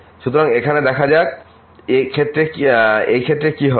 সুতরাং এখন দেখা যাক এই ক্ষেত্রে কি হবে